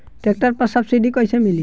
Tractor पर सब्सिडी कैसे मिली?